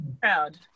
proud